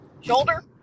Shoulder